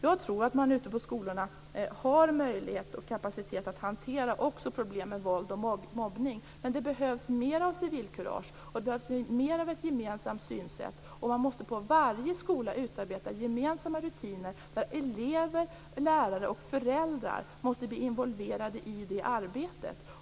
Jag tror att man ute på skolorna har möjlighet och kapacitet att också hantera problem med våld och mobbning. Men det behövs mer av civilkurage. Det behövs mer av ett gemensamt synsätt. Man måste på varje skola utarbeta gemensamma rutiner där elever, lärare och föräldrar blir involverade i detta arbete.